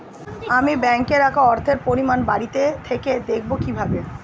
আমি ব্যাঙ্কে রাখা অর্থের পরিমাণ বাড়িতে থেকে দেখব কীভাবে?